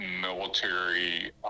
military